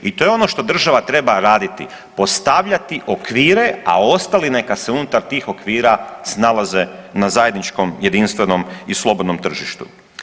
I to je ono što država treba raditi, postavljati okvire, a ostali neka se unutar tih okvira snalaze na zajedničkom, jedinstvenom i slobodnom tržištu.